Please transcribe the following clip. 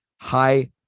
high